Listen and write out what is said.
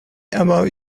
about